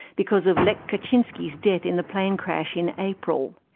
because of lech kaczynski's death in the plane crash in april.